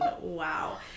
Wow